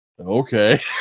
okay